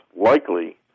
likely